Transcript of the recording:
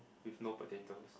with no potatoes